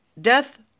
Death